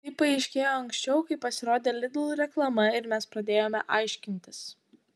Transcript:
tai paaiškėjo anksčiau kai pasirodė lidl reklama ir mes pradėjome aiškintis